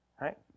right